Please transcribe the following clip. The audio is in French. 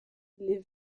les